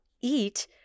eat